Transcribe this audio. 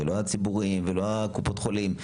ולא הציבוריים ולא קופות החולים.